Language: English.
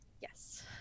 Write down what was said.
yes